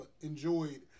enjoyed